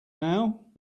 now